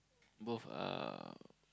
both are